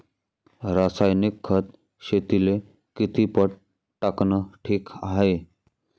रासायनिक खत शेतीले किती पट टाकनं ठीक हाये?